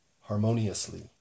harmoniously